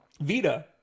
Vita